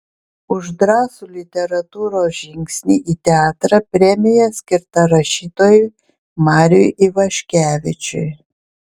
už drąsų literatūros žingsnį į teatrą premija skirta rašytojui mariui ivaškevičiui